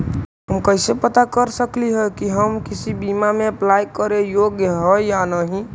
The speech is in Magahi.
हम कैसे पता कर सकली हे की हम किसी बीमा में अप्लाई करे योग्य है या नही?